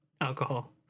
alcohol